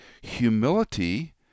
humility